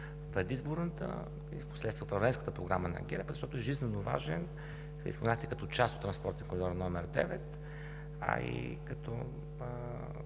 предизборната, а впоследствие в управленската програма на ГЕРБ, а защото е жизнено важен. Вие споменахте – като част от Транспортен коридор № 9, а и като